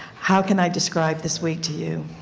how can i describe this week do you?